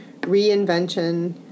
reinvention